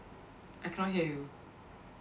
I cannot hear you